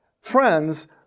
Friends